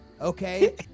Okay